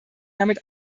damit